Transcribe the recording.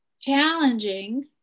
challenging